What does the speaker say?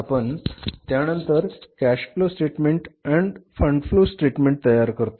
आपण त्यानंतर cash flow statement आणि फंड फ्लो स्टेटमेंट तयार करतो